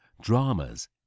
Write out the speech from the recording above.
dramas